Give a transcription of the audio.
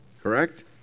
correct